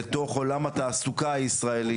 לתוך עולם התעסוקה הישראלי.